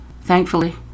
Thankfully